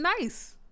nice